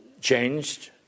changed